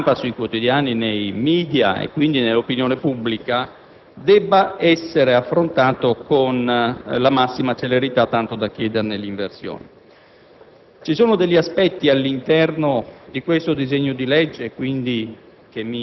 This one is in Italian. proprio per l'aspettativa che ha creato nella stampa, sui quotidiani, nei *media* e quindi nell'opinione pubblica, dovrebbe essere affrontato con la massima celerità. Per tali motivi, si chiede l'inversione